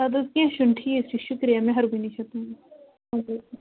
اَدٕ حظ کیٚنٛہہ چھُنہٕ ٹھیٖک چھُ شُکریہ مہربٲنی چھِ تُہٕنٛز اَدٕ حظ